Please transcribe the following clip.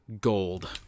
gold